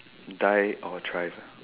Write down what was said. die or thrive ah